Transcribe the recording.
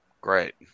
great